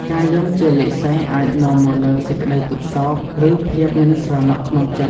ការយំជាលេខសេសអាចនាំមកនូវសេចក្តីទុក្ខសោក ឬភាពមិនស្រណុកក្នុងចិត្ត។